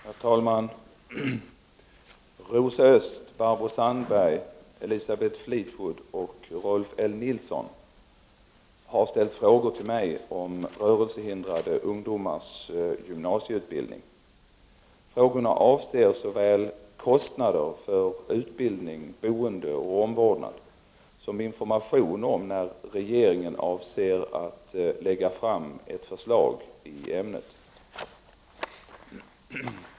Herr talman! Rosa Östh, Barbro Sandberg, Elisabeth Fleetwood och Rolf L Nilson har ställt frågor till mig om rörelsehindrade ungdomars gymnasieutbildning. Frågorna avser såväl kostnader för utbildning, boende och omvårdnad som information om när regeringen avser att lägga fram ett förslag i ämnet.